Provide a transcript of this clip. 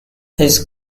his